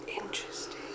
Interesting